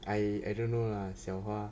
I don't know lah 小花